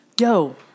Yo